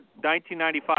1995